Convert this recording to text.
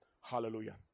Hallelujah